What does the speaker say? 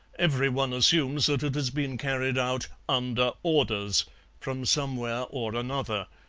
every one assumes that it has been carried out under orders from somewhere or another,